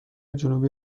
جنوبی